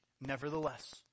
Nevertheless